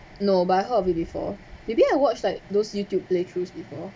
no but I heard of it before maybe I watch like those youtube play throughs before